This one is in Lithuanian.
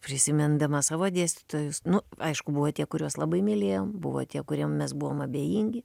prisimindama savo dėstytojus nu aišku buvo tie kuriuos labai mylėjom buvo tie kuriem mes buvom abejingi